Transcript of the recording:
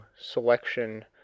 selection